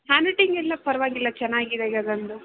hand writing ಎಲ್ಲ ಪರವಾಗಿಲ್ಲ ಚೆನ್ನಾಗಿದೆ ಗಗನ್ದು